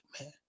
man